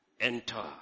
enter